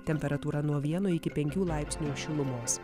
temperatūra nuo vieno iki penkių laipsnių šilumos